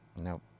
Nope